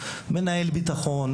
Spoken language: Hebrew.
מנהל ביטחון,